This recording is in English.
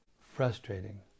frustrating